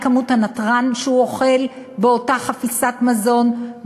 כמות הנתרן שהוא אוכל באותה חפיסת מזון,